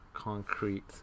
concrete